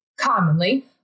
commonly